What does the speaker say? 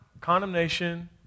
condemnation